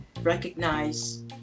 recognize